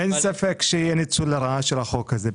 אין ספק שיהיה ניצול לרעה של החוק הזה.